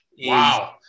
Wow